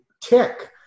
tick